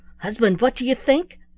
husband, what do you think!